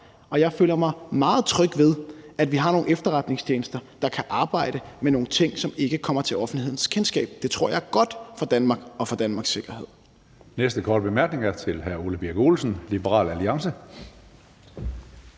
og jeg føler mig meget tryg ved, at vi har nogle efterretningstjenester, der kan arbejde med nogle ting, som ikke kommer til offentlighedens kendskab. Det tror jeg er godt for Danmark og for Danmarks sikkerhed.